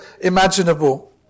imaginable